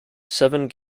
seven